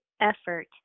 effort